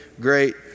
great